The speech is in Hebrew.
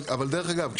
אבל דרך אגב,